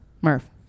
Murph